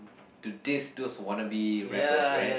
to diss those wanna be rappers right